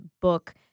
book